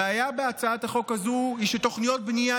הבעיה בהצעת החוק הזו היא שתוכניות בנייה